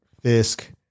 Fisk